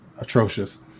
atrocious